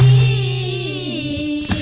ie